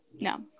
no